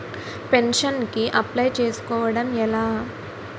Pension కి apply చేసుకోవడం ఎలా?